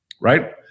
right